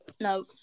No